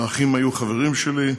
האחים היו חברים שלי,